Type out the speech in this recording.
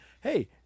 hey